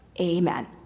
Amen